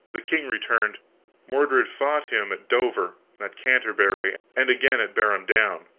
the king returned mordred fought him at dover, at canterbury, and again at barham down.